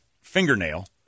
fingernail